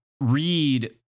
read